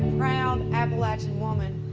proud appalachian woman.